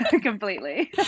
completely